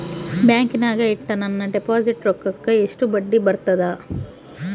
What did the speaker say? ಬ್ಯಾಂಕಿನಾಗ ಇಟ್ಟ ನನ್ನ ಡಿಪಾಸಿಟ್ ರೊಕ್ಕಕ್ಕ ಎಷ್ಟು ಬಡ್ಡಿ ಬರ್ತದ?